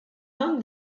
non